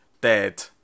dead